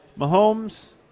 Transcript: Mahomes